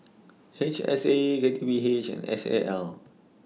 H S A K T P H and S A L